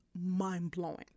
mind-blowing